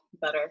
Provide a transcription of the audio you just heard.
better